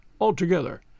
altogether